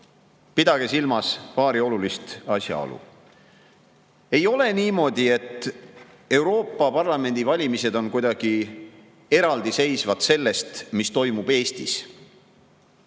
pidage silmas paari olulist asjaolu. Ei ole niimoodi, et Euroopa Parlamendi valimised on kuidagi eraldi seisvad sellest, mis toimub Eestis.